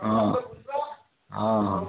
ହଁ ଅଁ ହଁ